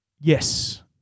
Yes